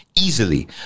easily